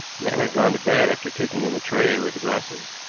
man had gone to bed after taking in the tray with the glasses.